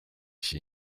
się